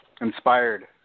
inspired